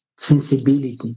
Sensibility